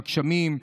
בגשמים,